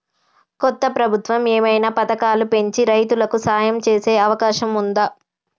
కొత్త ప్రభుత్వం ఏమైనా పథకాలు పెంచి రైతులకు సాయం చేసే అవకాశం ఉందా?